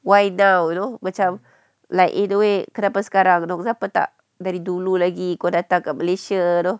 why now you know macam like in a way kenapa sekarang kenapa tak dari dulu lagi kau datang kat malaysia you know